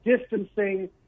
distancing